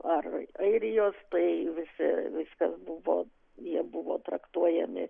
ar airijos tai visi viskas buvo jie buvo traktuojami